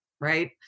right